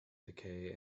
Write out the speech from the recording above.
decay